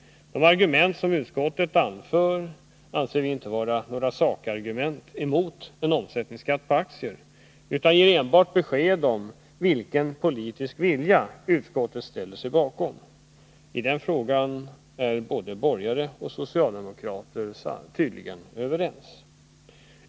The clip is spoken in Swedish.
De argument som utskottet anför anser vi inte vara några sakargument emot en omsättningsskatt på aktier utan ger enbart besked om vilken politisk vilja utskottet ställer sig bakom. I den frågan är borgare och socialdemokrater tydligen överens.